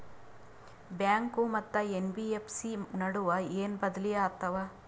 Bank ಮತ್ತ NBFC ನಡುವ ಏನ ಬದಲಿ ಆತವ?